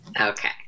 Okay